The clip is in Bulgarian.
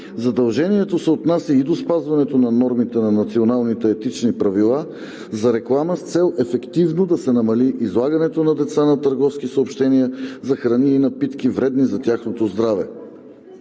Задължението се отнася и до спазването на нормите на Националните етични правила за реклама с цел ефективно да се намали излагането на деца на търговски съобщения за храни и напитки, вредни за тяхното здраве.